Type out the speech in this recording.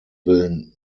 willen